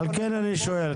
על כן אני שואל,